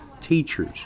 teachers